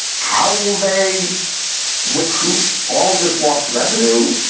how will they recoup all of this lost revenue?